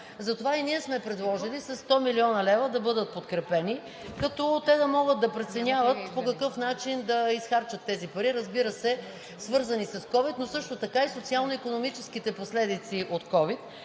Затова и ние сме предложили със 100 млн. лв. да бъдат подкрепени, като те да могат да преценяват по какъв начин да изхарчат тези пари, разбира се, свързани с ковид, но също така и социално-икономическите последици от ковид.